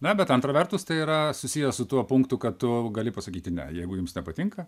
na bet antra vertus tai yra susiję su tuo punktu kad tu gali pasakyti ne jeigu jums nepatinka